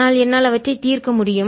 ஆனால் என்னால் அவற்றை தீர்க்க முடியும்